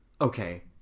Okay